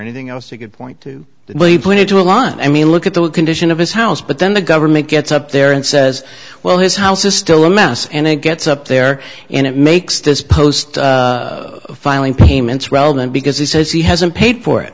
anything else a good point to put into a line i mean look at the condition of his house but then the government gets up there and says well his house is still a mess and it gets up there and it makes this post filing payments well then because he says he hasn't paid for it